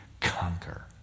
conquer